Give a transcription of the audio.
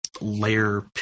layer